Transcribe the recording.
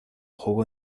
jugó